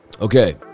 Okay